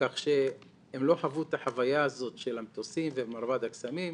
כך שהם לא חוו את החוויה הזאת של המטוסים ומרבד הקסמים,